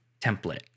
template